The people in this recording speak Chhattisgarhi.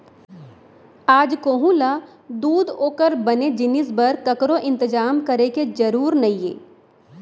आज कोहूँ ल दूद ओकर बने जिनिस बर ककरो इंतजार करे के जरूर नइये